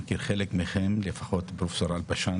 אני גם מכיר את פרופסור אלבשן.